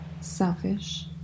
selfish